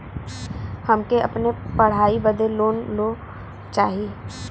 हमके अपने पढ़ाई बदे लोन लो चाही?